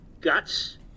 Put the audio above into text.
guts